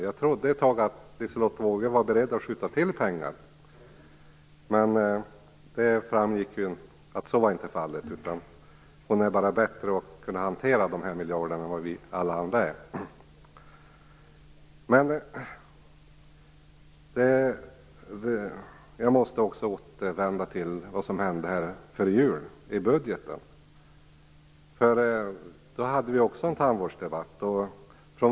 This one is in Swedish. Jag trodde ett tag att Liselotte Wågö var beredd att skjuta till pengar. Men det framgick ju att så inte var fallet. Hon är bara bättre på att hantera dessa miljarder än vad alla vi andra är. Jag måste återvända till vad som hände före jul i budgetdebatten. Då hade vi också en tandvårdsdebatt.